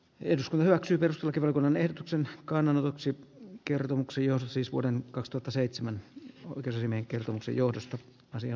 jos kaksi wilson kirwan ehdotuksen kannanotoksi kertomuksia siis vuoden kostuta seitsemän ja oikaisimme kertomuksen johdosta asia